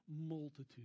multitude